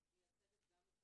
ומייצגת גם את